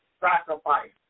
sacrifice